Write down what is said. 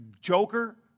joker